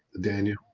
Daniel